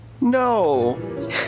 No